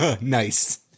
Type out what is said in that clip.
nice